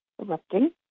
erupting